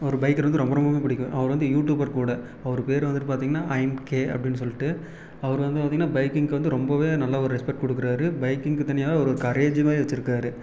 ஒரு பைக்கர் வந்து ரொம்ப ரொம்ப ரொம்ப பிடிக்கும் அவர் வந்து யூட்யூபர் கூட அவர் பேர் வந்துட்டு பார்த்திங்கன்னா ஐம்கே அப்படின்னு சொல்லிட்டு அவர் வந்து பார்த்திங்கன்னா பைக்கிங்க்கு வந்து ரொம்பவே நல்ல ஒரு ரெஸ்பெக்ட் கொடுக்குறாரு பைக்கிங்க்கு தனியாகவே ஒரு கரேஜ் மாதிரி வச்சிருக்கார்